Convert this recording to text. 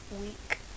week